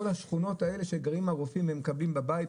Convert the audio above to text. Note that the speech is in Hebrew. השכונות האלה שגרים הרופאים ומקבלים בבית,